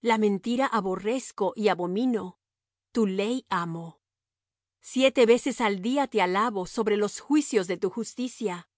la mentira aborrezco y abomino tu ley amo siete veces al día te alabo sobre los juicios de tu justicia